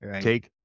Take